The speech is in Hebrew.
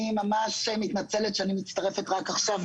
אני ממש מתנצלת שאני מצטרפת רק עכשיו,